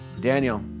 Daniel